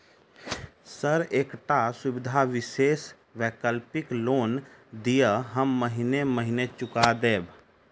Sir एकटा सुविधा विशेष वैकल्पिक लोन दिऽ हम महीने महीने चुका देब?